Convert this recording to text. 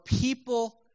people